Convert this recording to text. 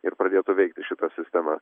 ir pradėtų veikti šita sistema